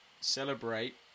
celebrate